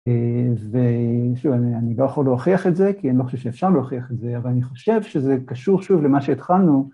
‫ושוב, אני לא יכול להוכיח את זה, ‫כי אני לא חושב שאפשר להוכיח את זה, ‫אבל אני חושב שזה קשור שוב ‫למה שהתחלנו.